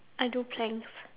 I do planks